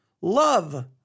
love